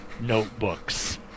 notebooks